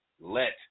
let